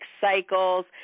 cycles